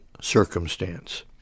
circumstance